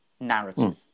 narrative